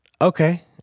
okay